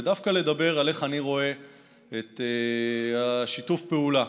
ודווקא לדבר על איך אני רואה את שיתוף הפעולה